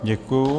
Děkuju.